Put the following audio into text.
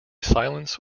silence